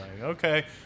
okay